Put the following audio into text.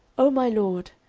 oh my lord,